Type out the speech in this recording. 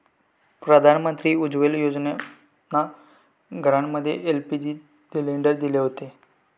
प्रधानमंत्री उज्ज्वला योजनेतना घरांमध्ये एल.पी.जी सिलेंडर दिले हुते